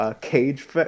cage